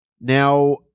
Now